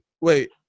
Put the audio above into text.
wait